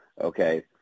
okay